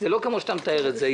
זה לא כמו שאתה מתאר את זה.